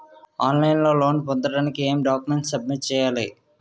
On line లో loan పొందటానికి ఎం డాక్యుమెంట్స్ సబ్మిట్ చేయాలి?